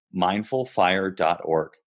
mindfulfire.org